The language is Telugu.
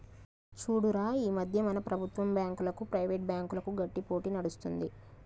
చూడురా ఈ మధ్య మన ప్రభుత్వం బాంకులకు, ప్రైవేట్ బ్యాంకులకు గట్టి పోటీ నడుస్తుంది